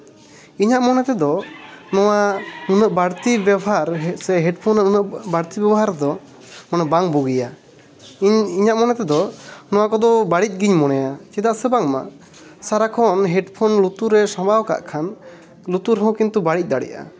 ᱤᱧᱟᱹᱜ ᱢᱚᱱᱮ ᱛᱮᱫᱚ ᱱᱚᱣᱟ ᱩᱱᱟᱹᱜ ᱵᱟᱹᱲᱛᱤ ᱵᱮᱵᱷᱟᱨ ᱥᱮ ᱦᱮᱹᱰᱯᱷᱳᱱ ᱨᱮᱱᱟᱜ ᱩᱱᱟᱹᱜ ᱵᱟᱹᱲᱛᱤ ᱵᱮᱵᱷᱟᱨ ᱫᱚ ᱚᱱᱟ ᱵᱟᱝ ᱵᱩᱜᱤᱭᱟ ᱤᱧ ᱤᱧᱟᱹᱜ ᱢᱚᱱᱮ ᱛᱮᱫᱚ ᱱᱚᱣᱟ ᱠᱚᱫᱚ ᱵᱟᱹᱲᱤᱡ ᱜᱤᱧ ᱢᱚᱱᱮᱭᱟ ᱪᱮᱫᱟᱜ ᱥᱮ ᱵᱟᱝᱢᱟ ᱥᱟᱨᱟᱠᱷᱚᱱ ᱦᱮᱹᱰᱯᱷᱳᱱ ᱞᱩᱛᱩᱨ ᱨᱮ ᱥᱟᱸᱵᱟᱣ ᱠᱟᱜ ᱠᱷᱟᱱ ᱞᱩᱛᱩᱨ ᱦᱚᱸ ᱠᱤᱱᱛᱩ ᱵᱟᱹᱲᱤᱡ ᱫᱟᱲᱮᱭᱟᱜᱼᱟ